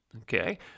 Okay